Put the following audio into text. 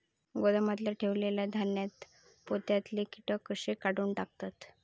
गोदामात ठेयलेल्या धान्यांच्या पोत्यातले कीटक कशे काढून टाकतत?